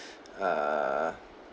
err